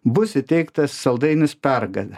bus įteiktas saldainis pergalė